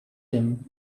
him